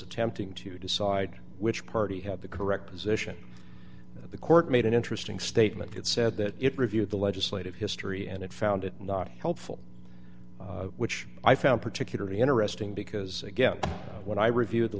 attempting to decide which party had the correct position the court made an interesting statement it said that it reviewed the legislative history and it found it not helpful which i found particularly interesting because again when i re